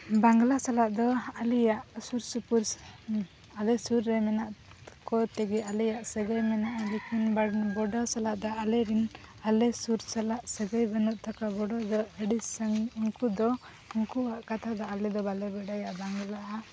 ᱵᱟᱝᱞᱟ ᱥᱟᱞᱟᱜ ᱫᱚ ᱟᱞᱮᱭᱟᱜ ᱥᱩᱨᱥᱩᱯᱩᱨ ᱟᱞᱮ ᱥᱩᱨ ᱨᱮ ᱢᱮᱱᱟᱜ ᱠᱚ ᱛᱮᱜᱮ ᱟᱞᱮᱭᱟᱜ ᱥᱟᱹᱜᱟᱹᱭ ᱢᱮᱱᱟᱜᱼᱟ ᱞᱮᱠᱤᱱ ᱵᱚᱰᱳ ᱥᱟᱞᱟᱜ ᱫᱚ ᱟᱞᱤᱨᱤᱱ ᱟᱞᱮ ᱥᱩᱨ ᱥᱟᱞᱟᱜ ᱥᱟᱹᱜᱟᱹᱭ ᱵᱟᱹᱱᱩᱜ ᱛᱟᱠᱚᱣᱟ ᱵᱚᱰᱳ ᱫᱚ ᱟᱹᱰᱤ ᱥᱟᱹᱜᱤᱧ ᱩᱱᱠᱩ ᱫᱚ ᱩᱱᱠᱩᱣᱟᱜ ᱠᱟᱛᱷᱟ ᱫᱚ ᱟᱞᱮ ᱵᱟᱞᱮ ᱵᱟᱲᱟᱭᱟ ᱵᱟᱝᱞᱟ ᱟᱜ